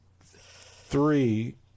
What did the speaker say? three